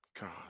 God